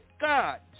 God